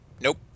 Nope